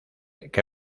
que